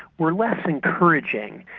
were less encouraging.